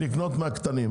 לקנות מהקטנים.